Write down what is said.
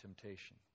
temptation